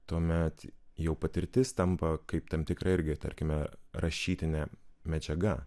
tuomet jau patirtis tampa kaip tam tikra irgi tarkime rašytinė medžiaga